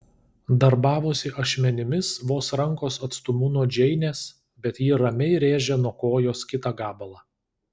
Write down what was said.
darbavosi ašmenimis vos rankos atstumu nuo džeinės bet ji ramiai rėžė nuo kojos kitą gabalą